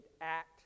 act